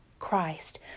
Christ